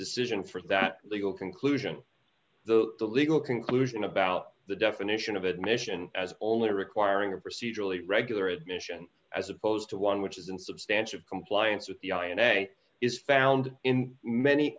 decision for that legal conclusion the legal conclusion about the definition of admission as only requiring a procedurally regular admission as opposed to one which is in substantial compliance with the i and a is found in many